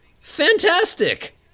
fantastic